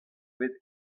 bet